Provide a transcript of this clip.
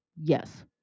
yes